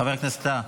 חבר הכנסת טאהא,